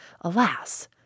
alas